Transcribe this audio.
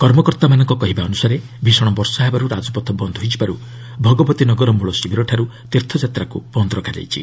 କର୍ମକର୍ତ୍ତାମାନଙ୍କ କହିବା ଅନୁସାରେ ଭୀଷଣ ବର୍ଷା ହେବାରୁ ରାଜପଥ ବନ୍ଦ୍ ହୋଇଯିବାର୍ ଭଗବତୀ ନଗର ମୂଳ ଶିବିରଠାର୍ ତୀର୍ଥଯାତ୍ରାକୃ ବନ୍ଦ୍ ରଖାଯାଇଛି